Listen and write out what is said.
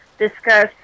discuss